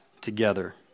together